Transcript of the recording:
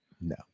No